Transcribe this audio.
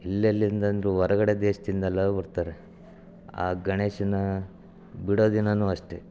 ಎಲ್ಲೆಲ್ಲಿಂದ ಅಂದರೂ ಹೊರಗಡೆ ದೇಶದಿಂದೆಲ್ಲ ಬರ್ತಾರೆ ಆ ಗಣೇಶನ್ನ ಬಿಡೋ ದಿನನೂ ಅಷ್ಟೇ